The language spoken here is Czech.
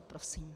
Prosím.